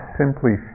simply